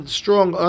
strong